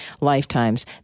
lifetimes